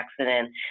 accident